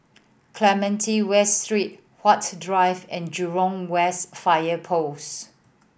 Clementi West Street Huat Drive and Jurong West Fire Post